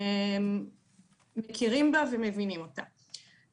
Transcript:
אנחנו מכירים בה ומבינים אותה.